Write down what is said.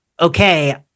Okay